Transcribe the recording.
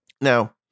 Now